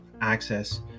access